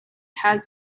has